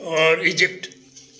औरि इजिप्ट